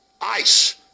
ICE